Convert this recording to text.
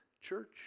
Church